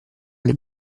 alle